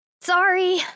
Sorry